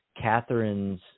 Catherine's